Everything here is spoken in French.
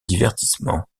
divertissement